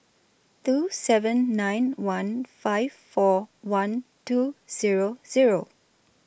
two seven nine one five four one two Zero Zero